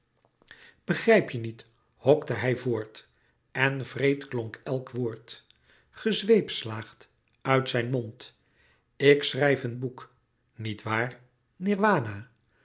begrijp je niet hokte hij voort en wreed klonk elk woord gezweepslaagd uit zijn mond ik schrijf een boek niet waar